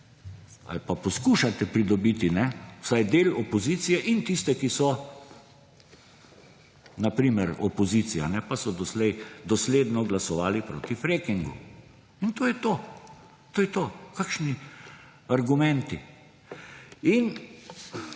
ali pa poskušate pridobiti vsaj del opozicije in tiste, ki so na primer opozicija, pa so doslej dosledno glasovali proti frackingu. In to je to. Kakšni argumenti?!